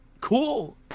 cool